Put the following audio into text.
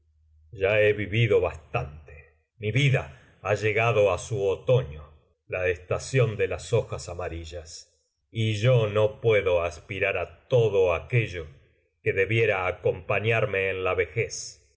ya he vivido bastante mi vida ha llegado á su otoño la estación de las hojas amarillas y yo no puedo aspirar á todo aquello que debiera acompañarme en la vejez